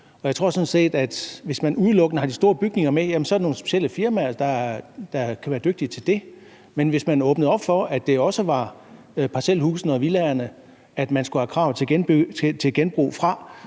hvis man udelukkende har de store bygninger med, er der nogle specielle firmaer, der kan være dygtige til det, men hvis man åbnede op for, at det også var parcelhusene og villaerne, der var krav til genbrug af,